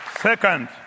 Second